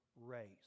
race